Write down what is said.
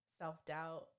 self-doubt